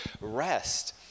Rest